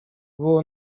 było